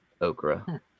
okra